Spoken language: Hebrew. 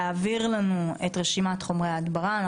להעביר לנו את רשימת חומרי ההדברה,